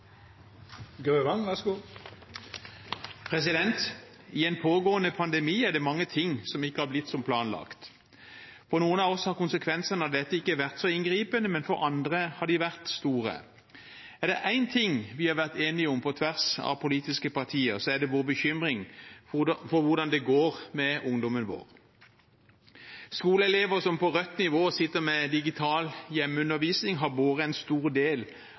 det mange ting som ikke har blitt som planlagt. For noen av oss har konsekvensene av dette ikke vært så inngripende, men for andre har de vært store. Er det én ting vi har vært enige om på tvers av politiske partier, er det vår bekymring for hvordan det går med ungdommen vår. Skoleelever som på rødt nivå sitter med digital hjemmeundervisning, har båret en stor del